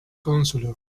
counselor